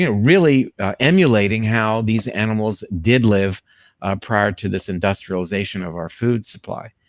ah really emulating how these animals did live prior to this industrialization of our food supply.